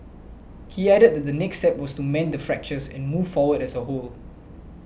he added that the next step was to mend the fractures and move forward as a whole